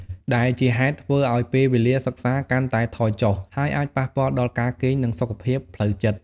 ដែលជាហេតុធ្វើឱ្យពេលវេលាសិក្សាកាន់តែថយចុះ ហើយអាចប៉ះពាល់ដល់ការគេង និងសុខភាពផ្លូវចិត្ត។